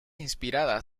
inspirada